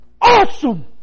Awesome